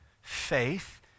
Faith